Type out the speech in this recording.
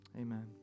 Amen